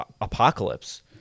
apocalypse